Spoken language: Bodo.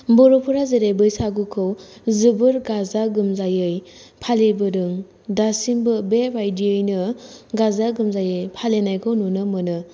बर'फोरा जेरै बैसागुखौ जोबोर गाजा गोमजायै फालिबोदों दासिमबो बेबायदियैनो गाजा गोमजायै फालिनायखौ नुनो मोनो